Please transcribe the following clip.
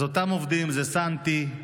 אותם עובדים הם סנטי,